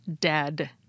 dead